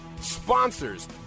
sponsors